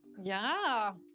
yeah!